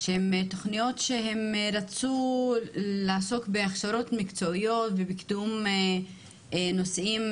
שרצו לעסוק בהכשרות מקצועיות ובקידום נושאים